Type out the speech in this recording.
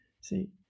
see